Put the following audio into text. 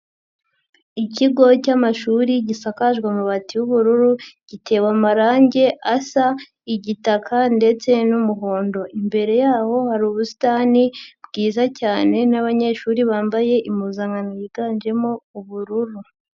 Ikigo cy'amashuri gisakajwe amabati y'ubururu, gitewe amarange asa igitaka ndetse n'umuhondo, imbere yaho hari ubusitani bwiza cyane n'abanyeshuri bambaye impuzankano yiganjemo ubururu.